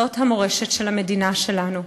זאת המורשת של המדינה שלנו.